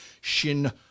Shin